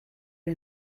are